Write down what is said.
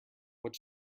what